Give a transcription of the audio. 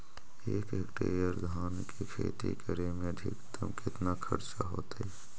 एक हेक्टेयर धान के खेती करे में अधिकतम केतना खर्चा होतइ?